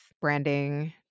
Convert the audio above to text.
branding